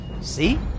See